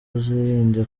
uzirinde